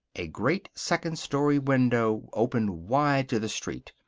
a great second-story window opened wide to the street.